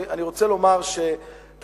אני רוצה לומר שלדעתי,